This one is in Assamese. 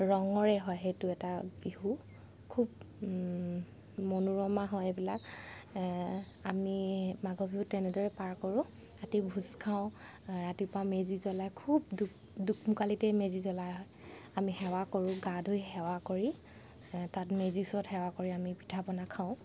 ৰঙৰে হয় সেইটো এটা বিহু খুব মনোৰমা হয় এইবিলাক আমি মাঘ বিহুটো এনেদৰে পাৰ কৰোঁ ৰাতি ভোজ খাওঁ ৰাতিপুৱা মেজি জলাই খুব দোকমোকালিতে মেজি জ্বলোৱা হয় আমি সেৱা কৰোঁ গা ধুই সেৱা কৰি তাত মেজিৰ ওচৰত সেৱা কৰি আমি পিঠা পনা খাওঁ